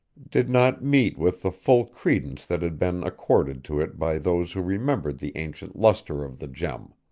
did not meet with the full credence that had been accorded to it by those who remembered the ancient lustre of the gem.